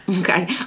Okay